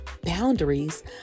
boundaries